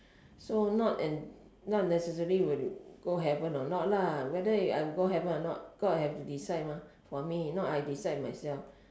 so not and not necessary will go heaven or not lah whether I go heaven or not god have to decide mah for me not I decide myself